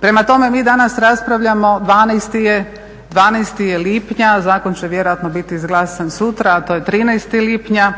Prema tome mi danas raspravljamo 12. je lipnja, zakon će vjerojatno biti izglasan sutra a to je 13. lipnja